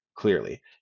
clearly